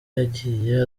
yagiye